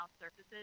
surfaces